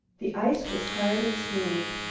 the ice was hard and smooth.